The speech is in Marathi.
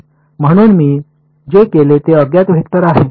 म्हणून मी जे केले ते अज्ञात वेक्टर आहे